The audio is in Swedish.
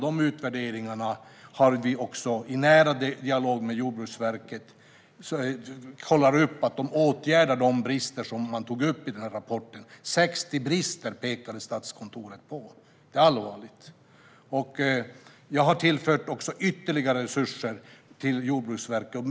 Vi kollar i nära dialog med Jordbruksverket upp att man åtgärdar de brister som togs upp i utredningen. Statskontoret pekade på 60 brister. Det är allvarligt. Jag har också tillfört ytterligare resurser till Jordbruksverket.